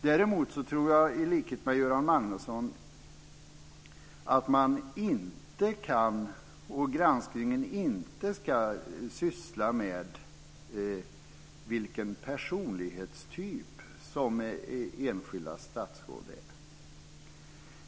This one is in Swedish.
Däremot tror jag i likhet med Göran Magnusson att granskningen inte ska syssla med vilken personlighetstyp som ett enskilt statsråd är.